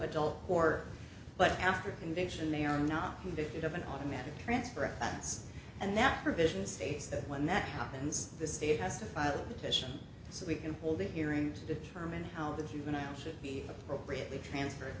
adult court but after a conviction they are not convicted of an automatic transfer of funds and that provision states that when that happens the state has to file a petition so we can hold a hearing to determine how the human eye should be appropriately transferred